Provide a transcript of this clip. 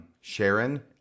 Sharon